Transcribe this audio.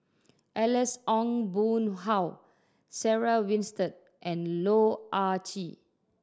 Alex Ong Boon Hau Sarah Winstedt and Loh Ah Chee